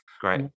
Great